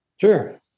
sure